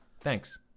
Thanks